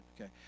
Okay